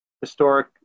historic